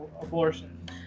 abortion